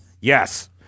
Yes